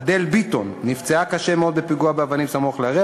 אדל ביטון נפצעה קשה מאוד בפיגוע אבנים סמוך לאריאל,